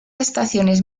estaciones